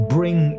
Bring